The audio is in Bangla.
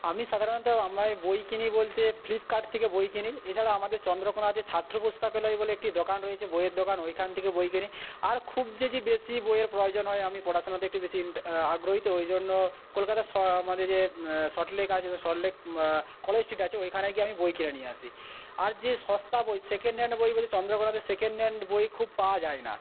আমি সাধারণত বই কিনি বলতে ফ্লিপকার্ট থেকে বই কিনি এছাড়া আমাদের চন্দ্রকোনাতে ছাত্র পুস্তকালয় বলে একটি দোকান রয়েছে বইয়ের দোকান ওইখান থেকে বই কিনি আর খুব যদি বেশী বইয়ের প্রয়োজন হয় আমি পড়াশোনাতে একটু বেশী আগ্রহী তো ওই জন্য কলকাতা স আমাদের যে সল্টলেক আছে সল্টলেক কলেজ স্ট্রিট আছে ওইখানে গিয়ে আমি বই কিনে নিয়ে আসি আর যে সস্তা বই সেকেন্ড হ্যান্ড বই বলে চন্দ্রকোনাতে সেকেন্ড হ্যান্ড বই খুব পাওয়া যায় না